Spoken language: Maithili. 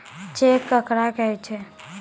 चेक केकरा कहै छै?